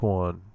one